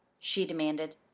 she demanded.